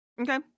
Okay